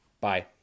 Bye